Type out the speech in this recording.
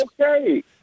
okay